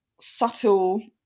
subtle